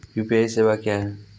UPI सेवा क्या हैं?